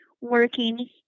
working